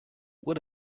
what